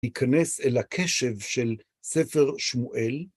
הכנס אל הקשב של ספר שמואל.